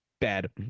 bad